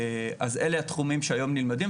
- אלה התחומים שהיום נלמדים.